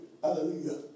Hallelujah